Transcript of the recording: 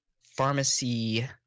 pharmacy